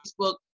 Facebook